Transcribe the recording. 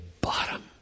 bottom